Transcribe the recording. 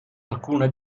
alcuna